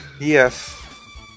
Yes